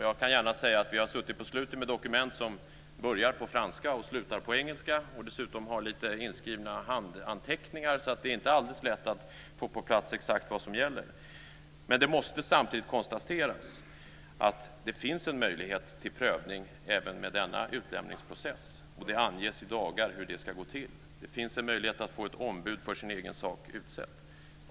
Jag kan gärna säga att vi på slutet har suttit med dokument som börjar på franska och slutar på engelska och som dessutom har lite handskrivna anteckningar, så det är inte alldeles lätt att få med exakt vad som gäller. Men det måste samtidigt konstateras att det finns en möjlighet till prövning även med denna utlämningsprocess, och det anges i dagarna hur det ska gå till. Det finns en möjlighet att få ett ombud utsedd för egen sak.